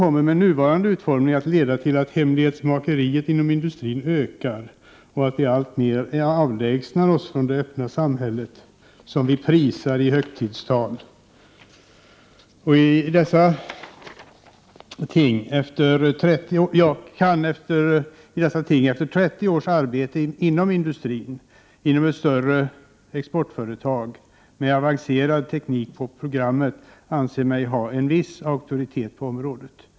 Med den nuvarande utformningen kommer lagen att leda till att hemlighetsmakeriet inom industrin ökar och till att vi alltmer avlägsnar oss från det öppna samhälle som vi prisar i olika högtidstal. Efter 30 års arbete inom industrin i ett större exportföretag med avancerad teknik på programmet anser jag mig ha en viss auktoritet på området.